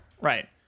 Right